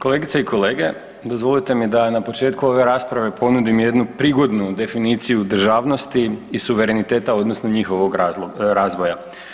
Kolegice i kolege, dozvolite mi da na početku ove rasprave ponudim jednu prigodnu definiciju državnosti i suvereniteta, odnosno njihovog razvoja.